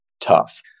tough